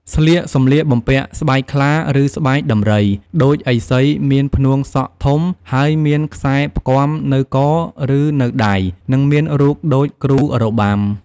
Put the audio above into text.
ស្លៀកសម្លៀកបំពាក់ស្បែកខ្លា ឬស្បែកដំរី ដូចឥសីមាន ផ្នួងសក់ធំ ហើយមានខ្សែផ្គាំនៅក ឬនៅដៃ និងមានរូបដូចគ្រូរបាំ។។